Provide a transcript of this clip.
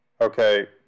Okay